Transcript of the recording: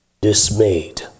dismayed